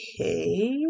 okay